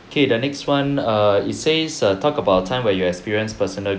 okay the next [one] err it says uh talk about the time when you experienced personal